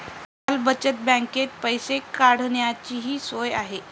टपाल बचत बँकेत पैसे काढण्याचीही सोय आहे